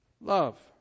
love